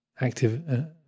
active